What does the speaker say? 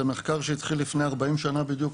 זה מחקר שהתחיל לפני 40 שנה בדיוק.